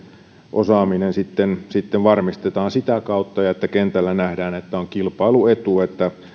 osaaminen sitten sitten varmistetaan sitä kautta ja että kentällä nähdään että on kilpailuetu että